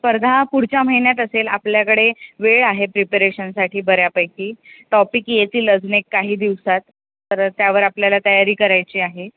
स्पर्धा पुढच्या महिन्यात असेल आपल्याकडे वेळ आहे प्रिपरेशनसाठी बऱ्यापैकी टॉपिक येतील अजून एक काही दिवसात तर त्यावर आपल्याला तयारी करायची आहे